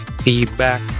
feedback